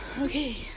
Okay